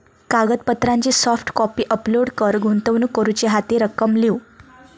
कागदपत्रांची soft copy upload कर, गुंतवणूक करूची हा ती रक्कम लिव्ह